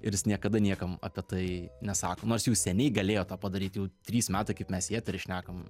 ir jis niekada niekam apie tai nesako nors jau seniai galėjo tą padaryt jau trys metai kaip mes į eterį šnekam